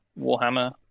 Warhammer